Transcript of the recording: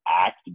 act